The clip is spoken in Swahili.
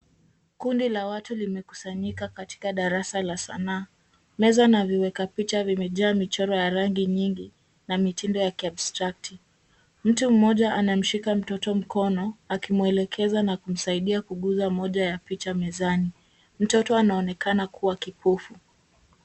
Kundi la watu limekusanyika katika darasa la sanaa. Meza na viweka picha vimejaa michoro ya rangi nyingi na mitindo ya kiabstract. Mtu mmoja anamshika mtoto mkono akimwelekeza na kumsaidia kuguza moja ya picha mezani. Mtoto anaonekana kuwa kipofu.